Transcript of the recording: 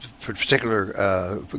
particular